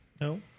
No